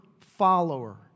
follower